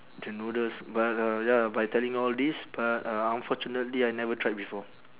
the noodles but uh ya but I telling all this but uh unfortunately I never tried before